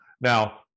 Now